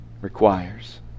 requires